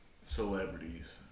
celebrities